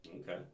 Okay